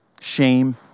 shame